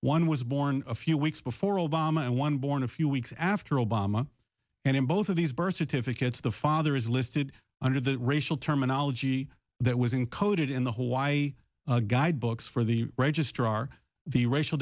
one was born a few weeks before obama and one born a few weeks after obama and in both of these birth certificates the father is listed under the racial terminology that was encoded in the hawaii guide books for the registrar the racial